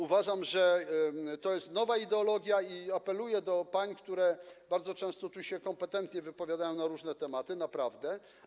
Uważam, że to jest nowa ideologia, i apeluję do pań, które bardzo często tu kompetentnie się wypowiadają na różne tematy, naprawdę.